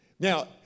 Now